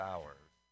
Hours